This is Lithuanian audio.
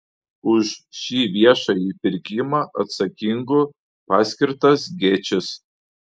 už šį viešąjį pirkimą atsakingu paskirtas gečis